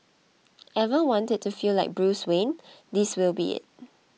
ever wanted to feel like Bruce Wayne this will be it